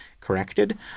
corrected